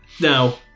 Now